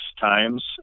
times